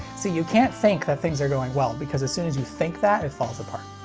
see you can't think that things are going well because as soon as you think that, it falls apart.